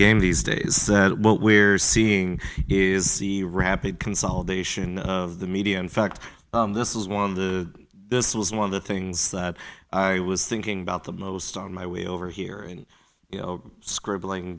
game these days where seeing is the rapid consolidation of the media in fact this is one of the this was one of the things that i was thinking about the most on my way over here and you know scribbling